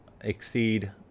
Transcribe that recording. exceed